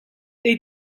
they